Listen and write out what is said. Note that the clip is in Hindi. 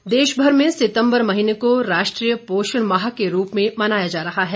पोषण अभियान देश भर में सितंबर महीने को राष्ट्रीय पोषण माह के रूप में मनाया जा रहा है